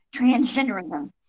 transgenderism